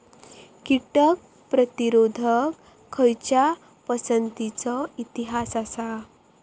कीटक प्रतिरोधक खयच्या पसंतीचो इतिहास आसा?